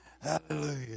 Hallelujah